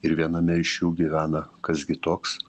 ir viename iš jų gyvena kas gi toks